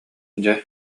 дьэ